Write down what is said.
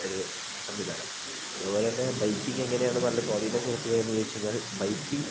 ഒരു സംവിധാനം അത്പോലെതന്നെ ബൈക്കിംഗ് എങ്ങനെയാണ് എന്ന് നല്ല സ്വാധീനം ചെലുത്തുക എന്ന് ചോദിച്ച് കഴിഞ്ഞാല് ബൈക്കിംഗ്